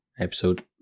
episode